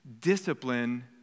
discipline